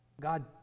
God